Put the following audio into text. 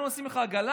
אנחנו נשים לך עגלה.